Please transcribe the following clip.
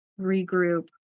regroup